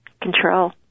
Control